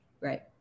Right